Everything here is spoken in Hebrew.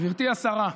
גברתי השרה,